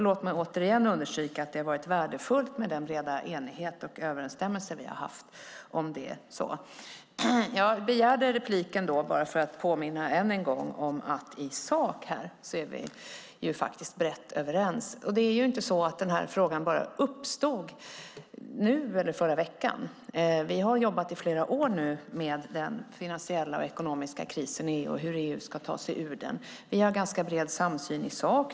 Låt mig återigen understryka att det har varit värdefullt med den breda enighet och överensstämmelse som vi har haft om det. Jag begärde repliken bara för att än en gång påminna om att i sak är vi faktiskt brett överens. Det är inte så att den här frågan bara uppstått nu eller i förra veckan. Vi har jobbat i flera år med den finansiella och ekonomiska krisen i EU och hur EU ska ta sig ur den. Vi har en ganska bred samsyn i sak.